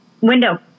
Window